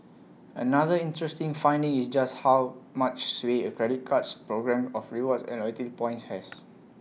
another interesting finding is just how much sway A credit card's programme of rewards and loyalty points has